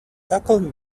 tackling